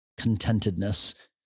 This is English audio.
contentedness